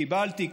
קיבלתי,